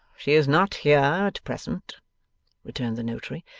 she is not here at present returned the notary.